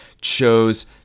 chose